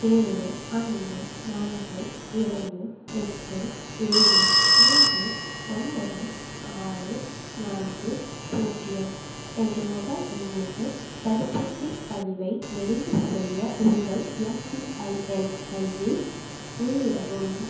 ஏழு ஐந்து நான்கு இரண்டு எட்டு ஏழு மூன்று ஒன்பது நான்கு ஆறு பூஜ்யம் என்ற மொபைல் எண்ணிற்கு தடுப்பூசி பதிவை நிறைவு செய்ய உங்கள் எம்பிஐஎன் ஐயை உள்ளிடவும்